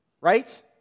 Right